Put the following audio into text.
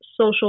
social